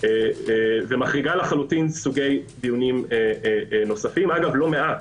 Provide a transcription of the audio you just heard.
ומחריגה סוגי דיונים נוספים אגב, לא מעט.